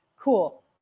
Cool